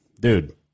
dude